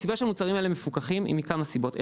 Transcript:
הסיבה שהמוצרים האלה מפוקחים היא מכמה סיבות.